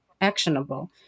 actionable